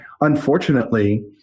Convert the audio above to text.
unfortunately